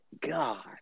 God